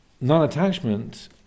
non-attachment